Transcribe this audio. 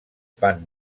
fan